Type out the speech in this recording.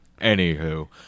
Anywho